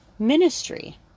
ministry